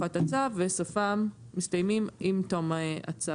תקופת הצו וסופם מסתיימים עם תום הצו.